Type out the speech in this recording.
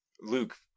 Luke